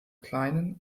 kleinen